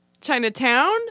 Chinatown